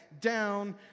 down